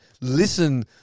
listen